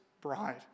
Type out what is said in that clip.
bride